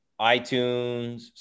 iTunes